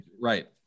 right